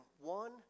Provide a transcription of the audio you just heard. one